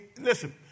listen